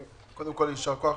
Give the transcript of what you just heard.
קודם כול, יישר כוח